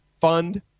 fund